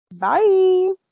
Bye